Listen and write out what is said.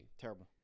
terrible